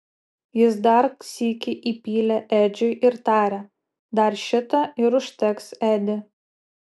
jis dar sykį įpylė edžiui ir tarė dar šitą ir užteks edi